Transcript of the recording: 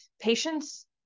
patients